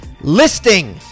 listing